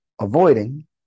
avoiding